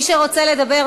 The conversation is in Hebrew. מי שרוצה לדבר,